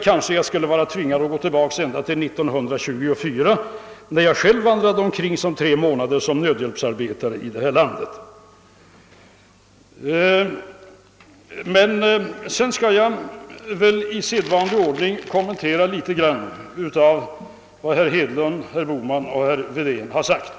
Kanske skulle jag vara tvungen att gå tillbaka ända till 1924 när jag själv under tre månader vandrade omkring som nödhjälpsarbetare ute i landet. I stället skall jag i sedvanlig ordning något kommentera herrar Hedlunds, Bohmans och Wedéns yttranden.